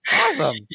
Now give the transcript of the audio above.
Awesome